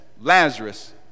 Lazarus